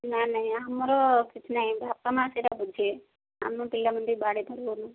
ନାଇଁ ନାଇଁ ଆମର କିଛି ନାହିଁ ବାପା ମାଆ ସେଇଟା ବୁଝିବେ ଆମ ପିଲାମାନଙ୍କୁ ବାଡ଼େଇ ଧରିବୁନୁ